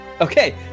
Okay